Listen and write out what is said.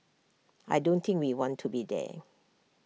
I don't think we want to be there